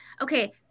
okay